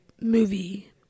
movie